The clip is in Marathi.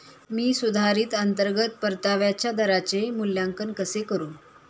मी सुधारित अंतर्गत परताव्याच्या दराचे मूल्यांकन कसे करू?